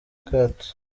capt